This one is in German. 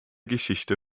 geschichte